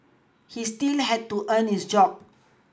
he still had to earn his job